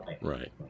right